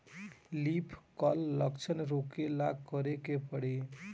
Leaf curl लक्षण रोकेला का करे के परी?